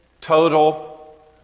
total